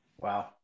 Wow